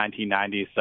1990s